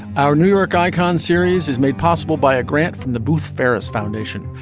our new york icon series is made possible by a grant from the buth farris foundation.